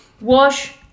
wash